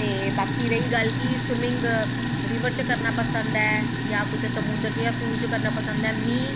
ते बाकी रेही गल्ल कि स्विमिंग रिवर च करनां पसंद ऐ जां समुंन्दर च जां कुदै पूल च में